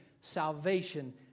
salvation